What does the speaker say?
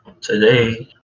Today